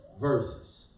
verses